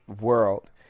world